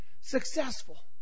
successful